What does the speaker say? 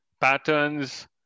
patterns